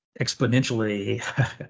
exponentially